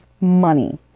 money